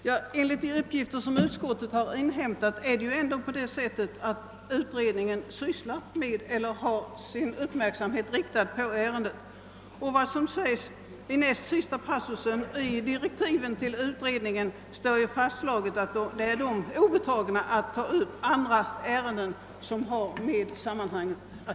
Herr talman! Enligt de uppgifter utskottet har inhämtat ägnar sig utredningen ändå åt ärendet eller har sin uppmärksamhet riktad på det. I slutet på direktiven till utredningen framhålles ju, att det är utredningen obetaget att ta upp andra frågor i sammanhanget.